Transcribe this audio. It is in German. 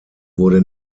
wurde